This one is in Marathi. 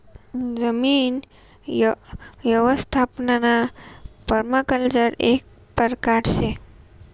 जमीन यवस्थापनना पर्माकल्चर एक परकार शे